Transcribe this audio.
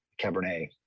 Cabernet